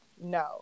no